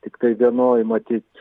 tiktai vienoj matyt